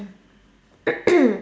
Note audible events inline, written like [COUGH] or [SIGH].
[COUGHS]